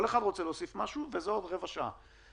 כל אחד רוצה להוסיף משהו וזה רבע שעה.